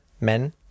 men